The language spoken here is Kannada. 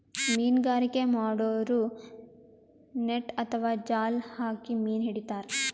ಮೀನ್ಗಾರಿಕೆ ಮಾಡೋರು ನೆಟ್ಟ್ ಅಥವಾ ಜಾಲ್ ಹಾಕಿ ಮೀನ್ ಹಿಡಿತಾರ್